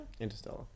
Interstellar